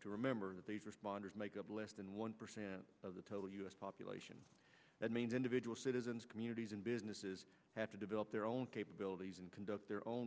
to remember that these responders make up less than one percent of the total u s population that means individual citizens communities and businesses have to develop their own capabilities and conduct their own